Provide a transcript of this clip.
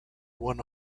one